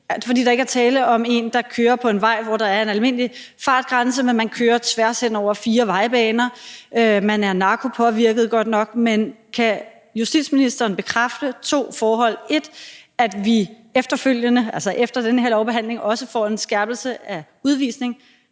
fordi der ikke er tale om en, der kører på en vej, hvor der er en almindelig fartgrænse, men man kører tværs hen over fire vejbaner – man er godt nok narkopåvirket. Men kan justitsministeren bekræfte to forhold: Punkt 1, at vi efterfølgende, altså efter den her lovbehandling, også får en skærpelse af udvisning